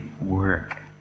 work